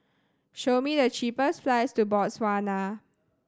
show me the cheapest flights to Botswana